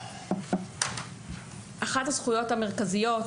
אחת הזכויות המרכזיות